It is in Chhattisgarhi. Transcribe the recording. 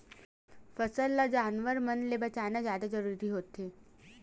फसल ल जानवर मन ले बचाना जादा जरूरी होवथे